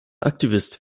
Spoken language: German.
aktivist